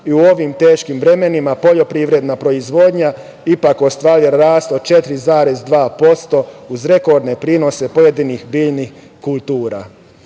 i u ovim teškim vremenima poljoprivredna proizvodnja ipak ostvarila rast od 4,2%, uz rekordne prinose pojedinih biljnih kultura. Prema